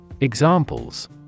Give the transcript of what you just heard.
Examples